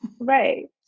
right